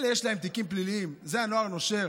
אלה, יש להם תיקים פליליים, זה הנוער הנושר.